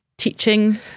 teaching